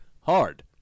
hard